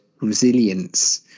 resilience